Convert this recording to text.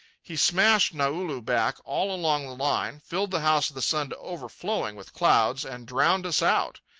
he smashed naulu back all along the line, filled the house of the sun to overflowing with clouds, and drowned us out.